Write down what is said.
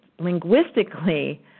linguistically